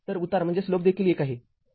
तर उतार देखील १ आहे